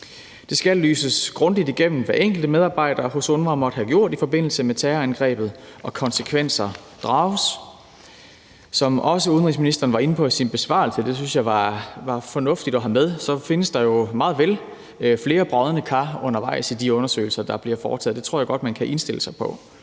Det skal belyses grundigt, hvad enkelte medarbejdere hos UNRWA måtte have gjort i forbindelse med terrorangrebet, og konsekvenser drages. Som udenrigsministeren også var inde på i sin besvarelse, og det synes jeg var fornuftigt at have med, så bliver der jo meget vel fundet flere brodne kar undervejs i de undersøgelser, der bliver foretaget. Det tror jeg godt man kan indstille sig på,